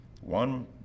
One